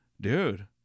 Dude